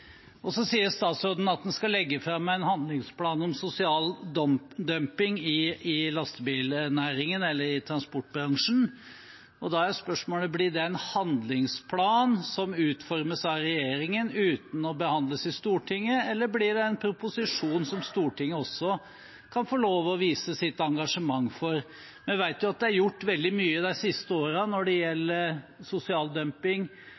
Så sier statsråden at han skal legge fram en handlingsplan mot sosial dumping i transportbransjen. Da er spørsmålet: Blir det en handlingsplan som utformes av regjeringen uten å behandles i Stortinget, eller blir det en proposisjon, som Stortinget kan få lov å vise sitt engasjement for? Vi vet jo at det er gjort veldig mye de siste årene når det